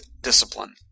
discipline